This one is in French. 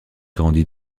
grandit